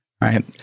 right